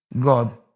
God